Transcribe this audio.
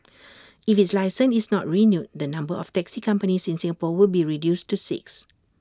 if its licence is not renewed the number of taxi companies in Singapore will be reduced to six